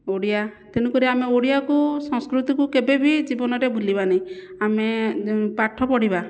ଓଡ଼ିଆ ତେଣୁକରି ଆମେ ଓଡ଼ିଆକୁ ସଂସ୍କୃତିକୁ କେବେ ବି ଜୀବନରେ ଭୁଲିବାନାହିଁ ଆମେ ପାଠ ପଢ଼ିବା